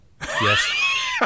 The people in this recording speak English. Yes